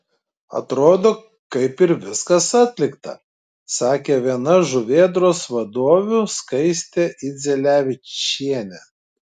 atrodo kaip ir viskas atlikta sakė viena žuvėdros vadovių skaistė idzelevičienė